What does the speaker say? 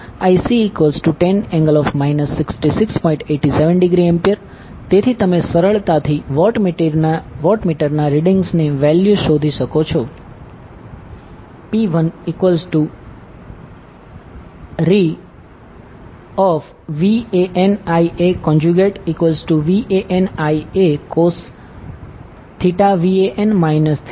તેથી તમે સરળતથી વોટમીટરના રીડિંગ્સની વેલ્યુ શોધી શકો છો P1ReVANIaVANIa cos 1006